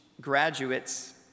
graduate's